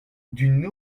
d’une